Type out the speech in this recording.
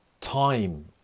time